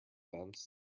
fence